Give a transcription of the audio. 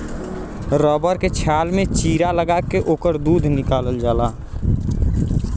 rubber के छाल में चीरा लगा के ओकर दूध निकालल जाला